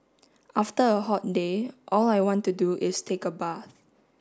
after a hot day all I want to do is take a bath